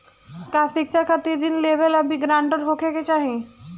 का शिक्षा खातिर ऋण लेवेला भी ग्रानटर होखे के चाही?